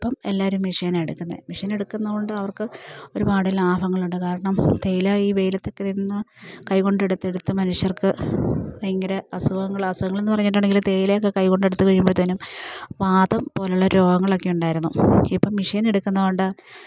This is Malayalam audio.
ഇപ്പം എല്ലാവരും മെഷീനാ എടുക്കുന്നത് മെഷീൻ എടുക്കുന്നത് കൊണ്ട് അവർക്ക് ഒരുപാട് ലാഭങ്ങളുണ്ട് കാരണം തേയില ഈ വെയിലത്തൊക്കെ നിന്ന് കൈ കൊണ്ടെടുത്തെടുത്ത് മനുഷ്യർക്ക് ഭയങ്കര അസുഖങ്ങളാ അസുഖങ്ങളെന്ന് പറഞ്ഞിട്ടുണ്ടങ്കിൽ തേയിലയക്കെ കൈകൊണ്ടെടുത്ത് കഴിയുമ്പത്തേനും വാതം പോലുള്ള രോഗങ്ങളൊക്കെ ഉണ്ടായിരുന്നു ഇപ്പം മെഷീൻ എടുക്കുന്നത് കൊണ്ട്